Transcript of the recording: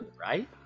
Right